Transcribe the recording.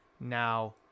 Now